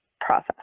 process